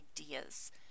ideas